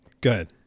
good